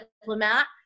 diplomat